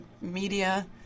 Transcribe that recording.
media